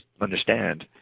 understand